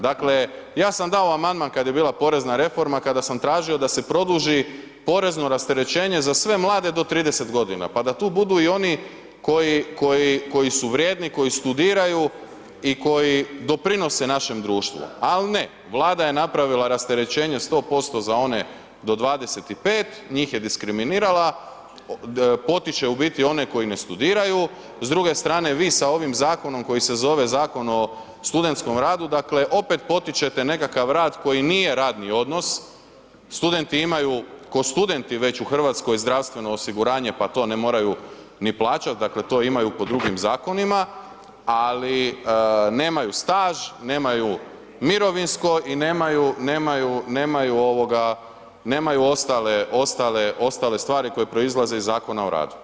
Dale, ja sam dao amandman kad je bila porezna reforma, kada sam tražio da se produži porezno rasterećenje za sve mlade do 30 g. pa da tu budu i oni koji su vrijedni, koji studiraju i koji doprinose našem društvu ali ne, Vlada je napravila rasterećenje 100% za one do 25, njih je diskriminirala, potiče u biti one koji ne studiraju, s druge strane vi sa ovim zakonom koji se zove zakon o studentskom radu, dakle opet potičete nekakav rad koji nije radni donos, studenti imaju kao studenti već u Hrvatskoj zdravstveno osiguranje pa to ne moraju ni plaćat, dakle to imaju po drugim zakonima ali nemaju staž, nemaju mirovinsko i nemaju ostale stvari koje proizlaze iz Zakona o radu.